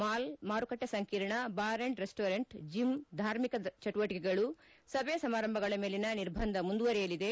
mall ಮಾರುಕಟ್ಟಿ ಸಂಕೀರ್ಣ bar and restaurant gym ಧಾರ್ಮಿಕ ಚಟುವಟಕೆಗಳು ಸಭೆ ಸಮಾರಂಭಗಳ ಮೇಲಿನ ನಿರ್ಬಂಧ ಮುಂದುವರೆಯಲಿದೆ